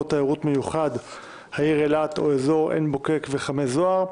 תיירות מיוחד העיר אילת או אזור עין בוקק וחמי זוהר)